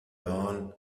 dawn